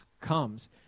comes